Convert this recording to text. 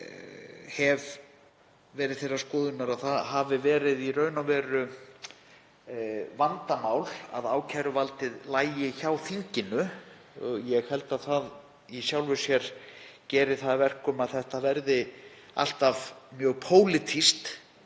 Ég hef verið þeirrar skoðunar að það hafi verið í raun og veru vandamál að ákæruvaldið lægi hjá þinginu. Ég held að það í sjálfu sér geri það að verkum að það verði alltaf mjög pólitískt